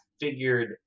figured